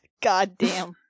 Goddamn